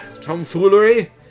Tomfoolery